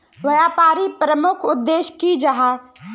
व्यापारी प्रमुख उद्देश्य की जाहा?